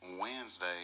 Wednesday